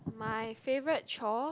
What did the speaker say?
my favorite chore